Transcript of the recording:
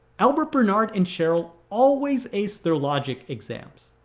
albert, bernard and cheryl always aced their logic exams.